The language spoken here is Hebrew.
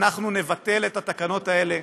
אנחנו נבטל את התקנות האלה.